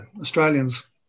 Australians